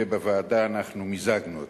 ובוועדה אנחנו מיזגנו אותן.